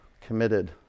committed